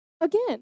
Again